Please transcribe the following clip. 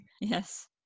Yes